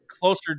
closer